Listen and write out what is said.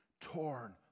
torn